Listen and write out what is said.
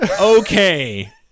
Okay